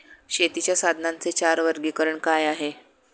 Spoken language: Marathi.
शेतीच्या साधनांचे चार वर्गीकरण काय आहे?